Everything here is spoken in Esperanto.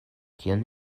kion